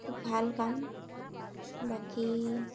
খুব ভাল কাম বাকী